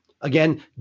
Again